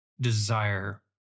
desire